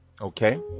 okay